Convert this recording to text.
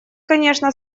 конечно